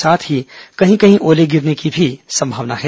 साथ ही कहीं कहीं ओले गिरने की भी संभावना है